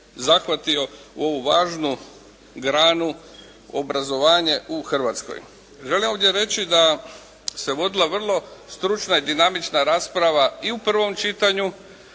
zahvatio u ovu važnu granu obrazovanja u Hrvatskoj. Želim ovdje reći da se vodila vrlo stručna i dinamična rasprava i u prvom čitanju